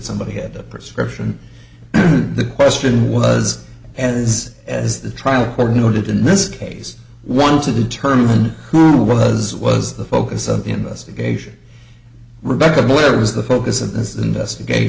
somebody had a prescription the question was and is as the trial court noted in this case one to determine who was was the focus of investigation rebecca moore was the focus of this investigat